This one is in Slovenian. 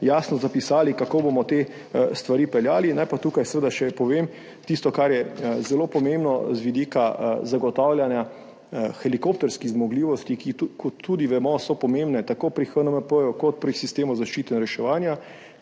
jasno zapisali, kako bomo te stvari peljali. Naj pa tukaj seveda še povem tisto, kar je zelo pomembno z vidika zagotavljanja helikopterskih zmogljivosti, ki so, kot tudi vemo, pomembne tako pri HNMP kot pri sistemu zaščite in reševanja.